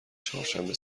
چهارشنبه